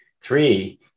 Three